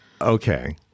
Okay